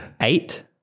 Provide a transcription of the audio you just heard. Eight